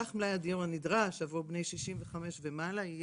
סך הדיור הנדרש לבני 65 ומעלה,